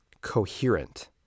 coherent